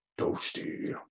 Toasty